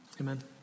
Amen